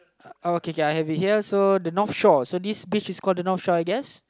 oh okay okay I have it here so the North Shore so this beach is called the North Shore I guess